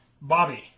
Bobby